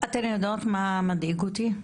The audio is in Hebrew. אתן יודעות מה מדאיג אותי?